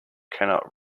cannot